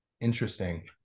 interesting